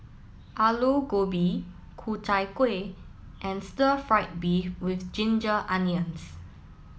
Aloo Gobi Ku Chai Kueh and Stir Fried Beef with Ginger Onions